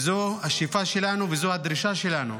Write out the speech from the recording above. זו השאיפה שלנו וזו הדרישה שלנו.